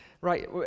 Right